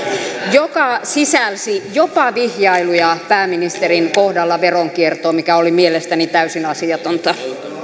joka sisälsi jopa vihjailuja pääministerin kohdalla veronkiertoon mikä oli mielestäni täysin asiatonta